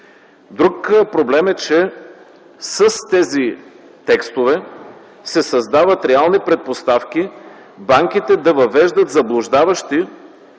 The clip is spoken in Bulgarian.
Проблем е, че с тези текстове се създават реални предпоставки банките да въвеждат заблуждаващи